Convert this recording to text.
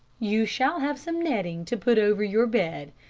you shall have some netting to put over your bed,